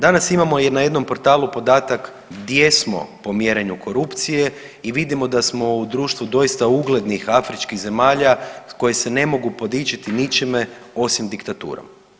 Danas imamo na jednom portalu podatak gdje smo po mjerenju korupcije i vidimo da smo u društvu doista uglednih afričkih zemalja koje se ne mogu podičiti ničime osim diktaturom.